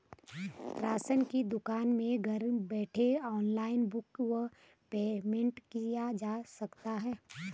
Ration की दुकान में घर बैठे ऑनलाइन बुक व पेमेंट किया जा सकता है?